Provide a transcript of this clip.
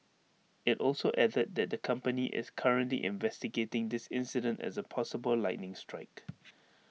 IT also added that the company is currently investigating this incident as A possible lightning strike